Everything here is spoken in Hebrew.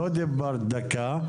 לא דיברת דקה.